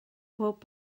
pob